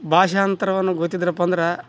ಭಾಷಾಂತರವನ್ನು ಗೊತ್ತಿದ್ರಪ್ಪ ಅಂದ್ರೆ